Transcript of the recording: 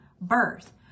birth